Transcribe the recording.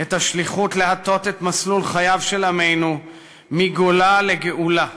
את השליחות להטות את מסלול חייו של עמנו מגולה לגאולה.